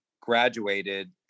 graduated